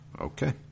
Okay